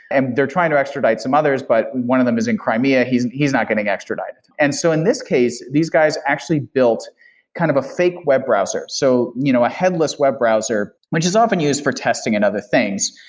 and they're trying to extradite some others, but one of them is in crimea. he is he is not getting extradited. and so in this case, these guys actually built kind of a fake web browser. so you know a headless web browser, which is often used for testing and other things.